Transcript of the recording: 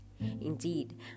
Indeed